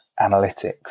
analytics